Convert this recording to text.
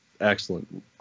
Excellent